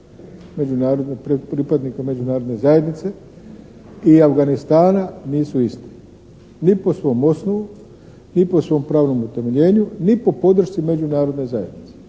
snaga pripadnika Međunarodne zajednice i Afganistana nisu iste. Ni po svom osnovu ni po svom pravnom utemeljenju ni po podršci Međunarodne zajednice.